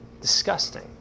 Disgusting